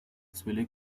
suele